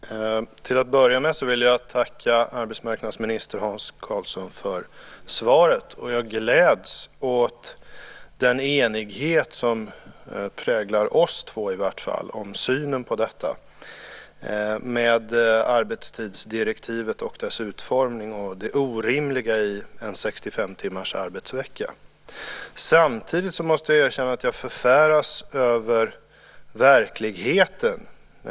Fru talman! Till att börja med vill jag tacka arbetsmarknadsminister Hans Karlsson för svaret, och jag gläds åt den enighet som präglar i vart fall oss två i synen på arbetstidsdirektivets utformning och det orimliga i en 65-timmarsarbetsvecka. Samtidigt måste jag erkänna att jag förfäras över verkligheten.